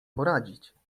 poradzić